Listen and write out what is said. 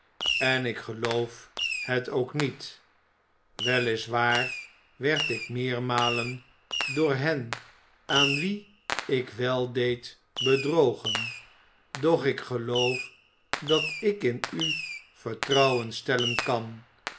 en ik geloof het ook niet wel is waar werd ik meermalen door hen aan wie ik weldeed bedrogen doch ik geloof dat ik in u vertrouwen stellen kan